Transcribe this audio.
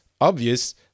obvious